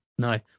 No